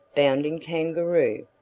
bounding kangaroo?